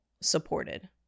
supported